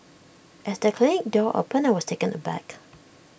as the clinic door opened I was taken aback